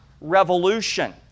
revolution